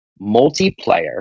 multiplayer